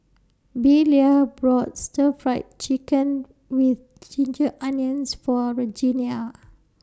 Belia bought Stir Fry Chicken with Ginger Onions For Regenia